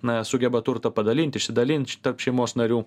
na sugeba turtą padalint išsidalint tarp šeimos narių